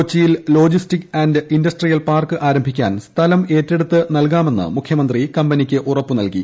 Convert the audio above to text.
കൊച്ചിയിൽ logistic and industrial park ആരംഭിക്കാൻ സ്ഥലം ഏറ്റെടുത്ത് നൽകാമെന്ന് മുഖ്യമന്ത്രി കമ്പനിക്ക് ഉറപ്പു നൽകി